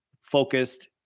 focused